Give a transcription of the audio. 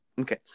Okay